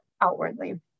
outwardly